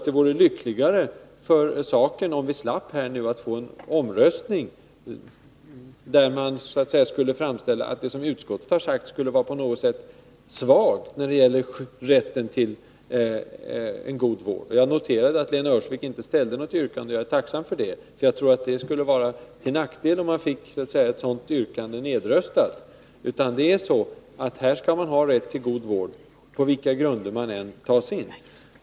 Det vore lyckligare för saken, om vi slapp att få en omröstning, där det som utskottet anför om rätten till god vård skulle framstå som på något vis svagt. Jag noterade att Lena Öhrsvik inte ställde något yrkande, och jag är tacksam för det. Jag tror att det skulle vara till nackdel, om vi fick ett sådant yrkande nedröstat, för det är så att man skall ha rätt till god vård på vilka grunder man än tas in.